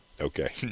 Okay